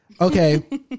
Okay